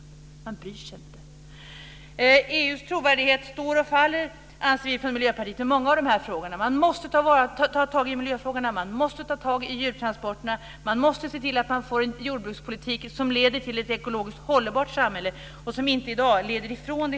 Vi i Miljöpartiet anser att EU:s trovärdighet står och faller med många av dessa frågor. Man måste ta tag i miljöfrågorna, man måste ta tag i djurtransporterna, och man måste se till att man får en jordbrukspolitik som leder till ett ekologiskt hållbart samhälle och inte från det.